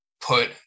put